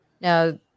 Now